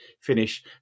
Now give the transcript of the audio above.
finish